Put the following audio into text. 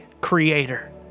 creator